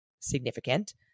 significant